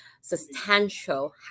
substantial